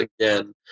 again